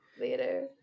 Later